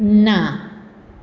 ના